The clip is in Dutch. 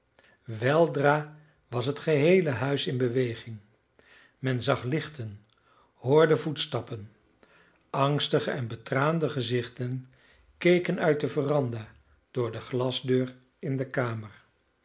weldra was het geheele huis in beweging men zag lichten hoorde voetstappen angstige en betraande gezichten keken uit de veranda door de glasdeur in de kamer